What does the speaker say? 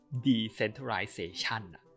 decentralization